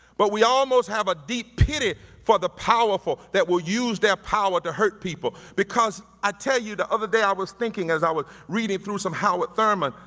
but we almost have a deep pity for the powerful that will use their power to hurt people because i tell you the other day i was thinking as i was reading through some howard thurman,